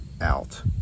out